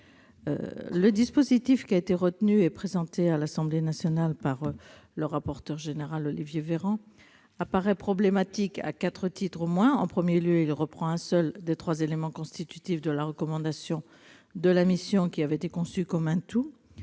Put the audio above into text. Le dispositif qui a été présenté à l'Assemblée nationale par le rapporteur général Olivier Véran apparaît problématique à quatre titres au moins. En premier lieu, il reprend un seul des trois éléments constitutifs de la recommandation de la mission, qui avait été conçue comme un tout.